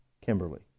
Kimberly